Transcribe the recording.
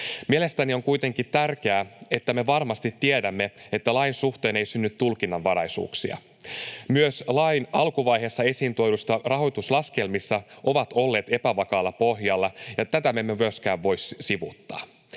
Mielestäni on kuitenkin tärkeää, että me varmasti tiedämme, että lain suhteen ei synny tulkinnanvaraisuuksia. Myös lain alkuvaiheessa esiintuodut rahoituslaskelmat ovat olleet epävakaalla pohjalla, ja tätä me emme myöskään voi sivuuttaa.